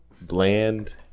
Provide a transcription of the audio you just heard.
Bland